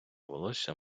волосся